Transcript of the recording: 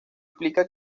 implica